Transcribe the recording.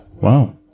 wow